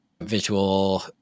visual